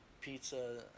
pizza